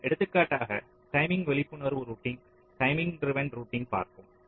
நாம் எடுத்துக்காட்டாக டைமிங் விழிப்புணர்வு ரூட்டிங் டைமிங் டிரிவ்ன் ரூட்டிங் பார்ப்போம்